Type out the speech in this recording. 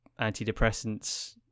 antidepressants